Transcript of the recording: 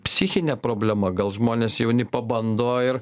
psichinė problema gal žmonės jauni pabando ir